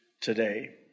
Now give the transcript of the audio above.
today